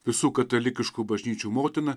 visų katalikiškų bažnyčių motina